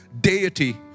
Deity